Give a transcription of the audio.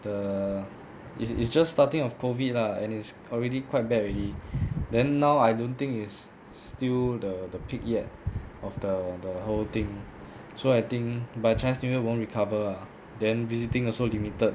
the is is just starting of COVID lah and is already quite bad already then now I don't think is still the the peak yet of the the whole thing so I think by chinese new year won't recover lah then visiting also limited